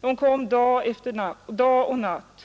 De kom dag och natt.